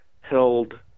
held